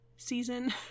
season